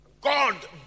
god